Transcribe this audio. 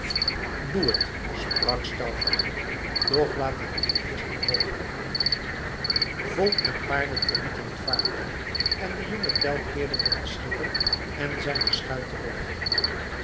doe het sprak stauffacher doch laten wij eerst aan wal gaan volk en paarden verlieten het vaartuig en de jonge tell keerde met den schipper en zijne schuit terug